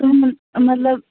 اہن حظ مطلب